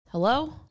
Hello